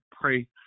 pray